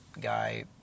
guy